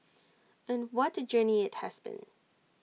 and what A journey IT has been